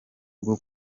bwo